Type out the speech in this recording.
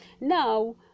now